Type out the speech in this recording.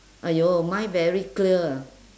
!aiyo! mine very clear ah